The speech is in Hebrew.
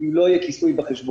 אם לא יהיה כיסוי בחשבון.